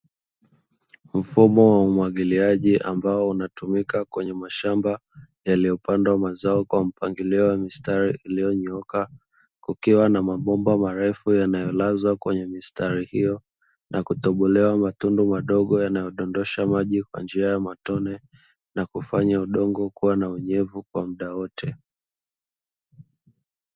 Mfumo wa umwagiliaji ambao unatumika kwenye mashamba yaliyopandwa mazao kwa mpangilio wa mistari, iliyonyooka kukiwa na mabomba marefu yanayolazwa kwenye mistari hiyo na kutobolewa matundu madogo yanayodondosha maji kwa njia ya matone na kufanya udongo kuwa na unyevu kwa muda wote.